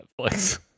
Netflix